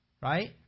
right